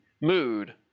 mood